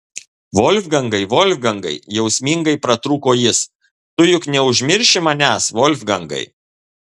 volfgangai volfgangai jausmingai pratrūko jis tu juk neužmirši manęs volfgangai